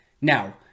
Now